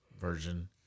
version